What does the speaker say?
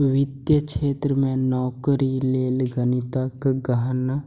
वित्तीय क्षेत्र मे नौकरी लेल गणितक गहन